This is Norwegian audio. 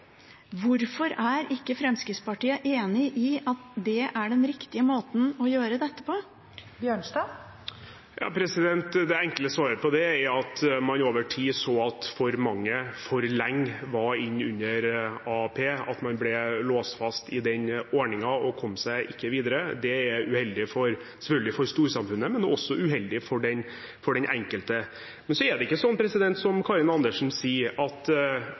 Hvorfor er ikke Fremskrittspartiet enig i at det er den riktige måten å gjøre dette på? Det enkle svaret på det er at man over tid så at for mange for lenge var inne under AAP, at man ble låst fast i den ordningen og kom seg ikke videre. Det er uheldig for storsamfunnet, selvfølgelig, men det er også uheldig for den enkelte. Det er ikke sånn som Karin Andersen og SV ofte sier, at